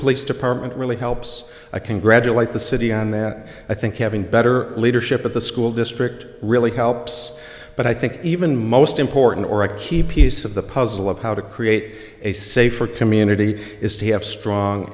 police department really helps i congratulate the city and that i think having better leadership at the school district really helps but i think even most important or a key piece of the puzzle of how to create a safer community is to have strong